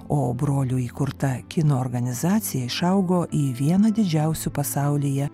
o brolio įkurta kino organizacija išaugo į vieną didžiausių pasaulyje